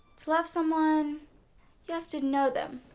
to love someone you have to know them.